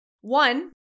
one